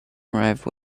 arrive